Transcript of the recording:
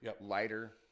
lighter